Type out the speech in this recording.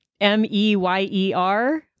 M-E-Y-E-R